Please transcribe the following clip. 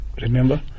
remember